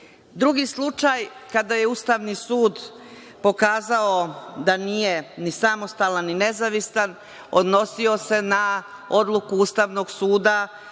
posla. Drugi slučaj kada je Ustavni sud pokazao da nije ni samostalan, ni nezavistan, odnosio se na odluku Ustavnog suda